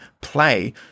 play